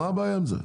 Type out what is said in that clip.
מה הבעיה עם זה?